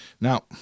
Now